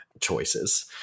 choices